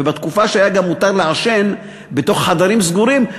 ובתקופה שהיה גם מותר לעשן בתוך חדרים סגורים,